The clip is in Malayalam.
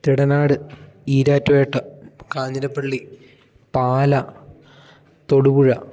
തിടനാട് ഈരാറ്റുപേട്ട കാഞ്ഞിരപ്പള്ളി പാല തൊടുപുഴ